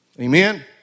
Amen